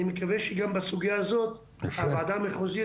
אני מקווה שגם בסוגיה הזו הוועדה המחוזית